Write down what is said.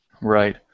Right